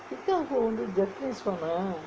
Kickapoo வந்து:vanthu japanese [one] ah